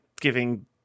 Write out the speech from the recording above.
giving